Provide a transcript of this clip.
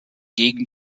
gegen